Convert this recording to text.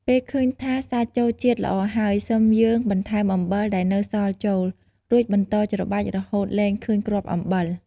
ពេលឃើញថាសាច់ចូលជាតិល្អហើយ សឹមយើងបន្ថែមអំបិលដែលនៅសល់ចូល រួចបន្តច្របាច់រហូតលែងឃើញគ្រាប់អំបិល។